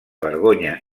vergonya